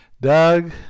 Doug